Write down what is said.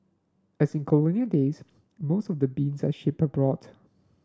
as in colonial days most of the beans are shipped abroad